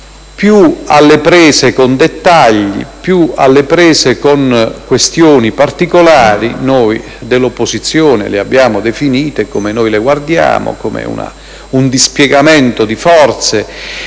alle prese con dettagli, con questioni particolari - noi dell'opposizione le abbiamo definite, come noi le vediamo, come un dispiegamento di forze